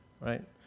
right